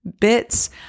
bits